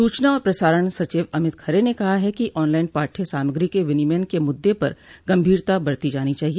सूचना और प्रसारण सचिव अमित खरे ने कहा है कि ऑनलाइन पाठ्य सामग्री के विनियमन के मुद्दे पर गम्भीरता बरती जानी चाहिए